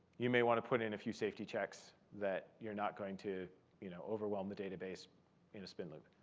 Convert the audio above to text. you may want to put it in a few safety checks that you're not going to you know overwhelm the database in a spin loop.